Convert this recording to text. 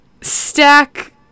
stack